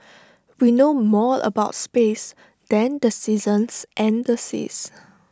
we know more about space than the seasons and the seas